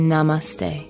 Namaste